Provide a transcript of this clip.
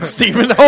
Stephen